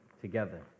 together